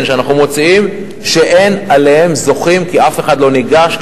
שאנחנו מוציאים ואין בהם זוכים כי אף אחד לא ניגש,